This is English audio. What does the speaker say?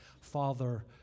father